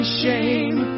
shame